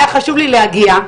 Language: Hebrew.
והיה חשוב לי להגיע.